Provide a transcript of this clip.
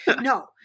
no